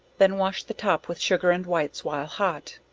then wash the top with sugar and whites, while hot.